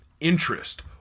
interest